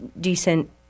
decent